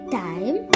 time